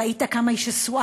ראית כמה היא שסועה?